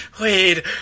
Wait